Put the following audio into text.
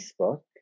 Facebook